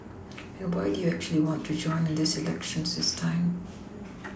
and why do you actually want to join in this elections this time